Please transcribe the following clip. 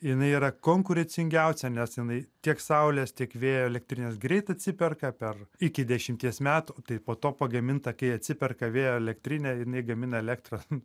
jinai yra konkurencingiausia nes jinai tiek saulės tiek vėjo elektrinės greit atsiperka per iki dešimties metų tai po to pagaminta kai atsiperka vėjo elektrinė jinai gamina elektrą